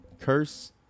curse